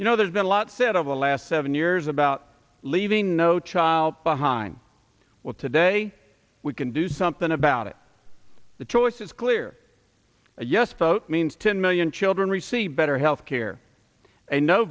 you know there's been a lot said of the last seven years about leaving no child behind what today we can do something about it the choice is clear yes vote means ten million children receive better health care a no